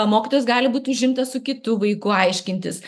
mokytojas gali būt užimtas su kitu vaiku aiškintis